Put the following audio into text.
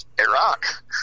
Iraq